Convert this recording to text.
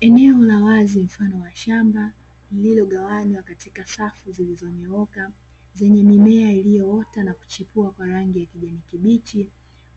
Eneo la wazi mfano wa shamba lililogawanywa katika safu zilizonyooka zenye mimea iliyoota na kuchipua kwa rangi ya kijani kibichi,